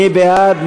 מי בעד?